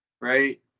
right